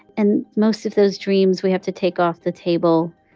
and most of those dreams, we have to take off the table.